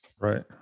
Right